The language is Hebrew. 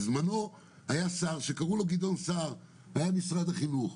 כמו שבזמנו היה שר שקראו לו גדעון סער שהיה במשרד החינוך,